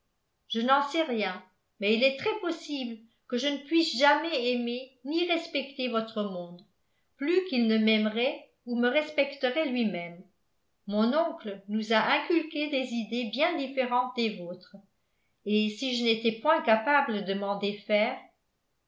je n'en sais rien mais il est très possible que je ne puisse jamais aimer ni respecter votre monde plus qu'il ne m'aimerait ou me respecterait lui-même mon oncle nous a inculqué des idées bien différentes des vôtres et si je n'étais point capable de m'en défaire